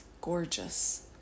gorgeous